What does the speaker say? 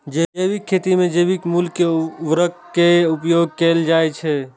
जैविक खेती मे जैविक मूल के उर्वरक के उपयोग कैल जाइ छै